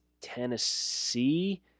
Tennessee